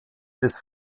des